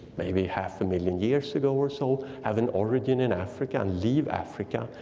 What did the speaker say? maybe half a million years ago or so, have an origin in africa, leave africa,